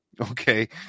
okay